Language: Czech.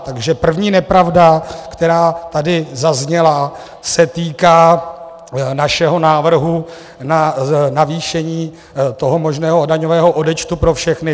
Takže první nepravda, která tady zazněla, se týká našeho návrhu na navýšení toho možného daňového odečtu pro všechny.